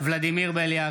ולדימיר בליאק,